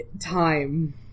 time